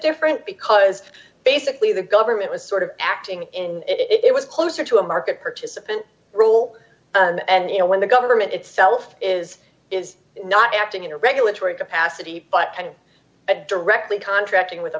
different because basically the government was sort of acting in it was closer to a market participant rule and you know when the government itself is is not acting in a regulatory capacity but when it directly contracting with a